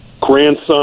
grandson